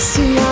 See